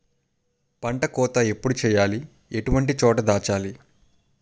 పంట కోత ఎప్పుడు చేయాలి? ఎటువంటి చోట దాచాలి?